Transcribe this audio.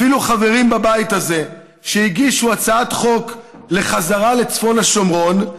אפילו חברים בבית הזה שהגישו הצעת חוק לחזרה לצפון השומרון,